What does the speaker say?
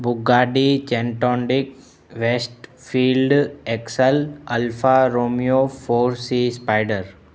Bugatti कैंटोडिक Westfield X L Alfa Romeo four C spider